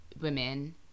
women